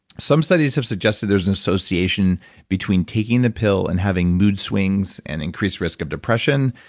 some studies have suggested there's an association between taking the pill and having mood swings, and increased risk of depression.